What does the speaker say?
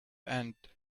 end